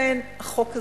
לכן, החוק הזה,